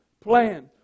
plan